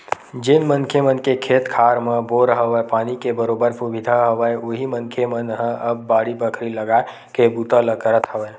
जेन मनखे मन के खेत खार मन म बोर हवय, पानी के बरोबर सुबिधा हवय उही मनखे मन ह अब बाड़ी बखरी लगाए के बूता ल करत हवय